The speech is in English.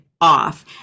off